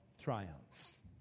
triumphs